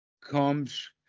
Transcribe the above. comes